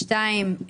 שניים,